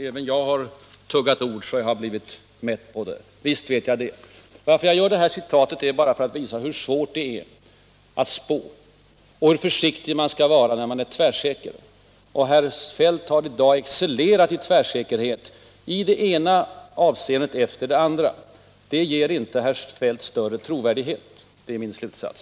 Även jag har tuggat ord så att jag har blivit mätt på det. Jag gör det här citatet bara för att visa hur svårt det är att spå och hur försiktig man bör vara trots att man kan känna sig tvärsäker. Herr Feldt har i dag excellerat i tvärsäkerhet i det ena avseendet efter det andra. Det ger inte herr Feldt större trovärdighet. Det är min slutsats.